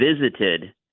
visited